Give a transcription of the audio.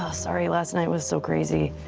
ah sorry, last night was so crazy.